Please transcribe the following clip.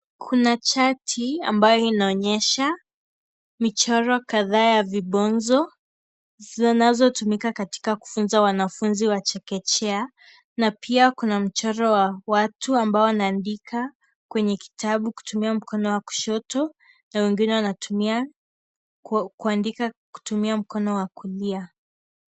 Kuna chati ambayo inaonyesha michoro kadhaa ya vibonzo, zinazotumika katika kufunza wanafunzi wa chekechekea na pia kuna mchoro wa watu ambao wanaandika kwenye kitabu kutumia mkono wa kushoto na wengine wanaandika wakitumia mkono wa kulia.